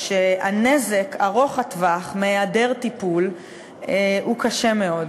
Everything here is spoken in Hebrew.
שהנזק ארוך הטווח מהיעדר טיפול הוא קשה מאוד,